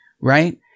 right